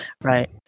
right